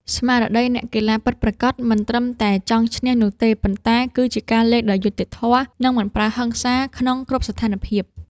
ស្មារតីអ្នកកីឡាពិតប្រាកដមិនត្រឹមតែចង់ឈ្នះនោះទេ ប៉ុន្តែគឺជាការលេងដោយយុត្តិធម៌ និងមិនប្រើហិង្សាក្នុងគ្រប់ស្ថានភាព។